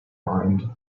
mind